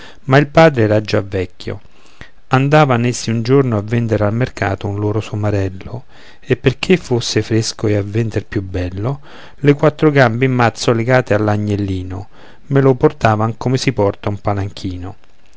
ma il padre era già vecchio andavan essi un giorno a vendere al mercato un loro somarello e perché fosse fresco e a vendere più bello le quattro gambe in mazzo legate all'agnellino me lo portavan come si porta un palanchino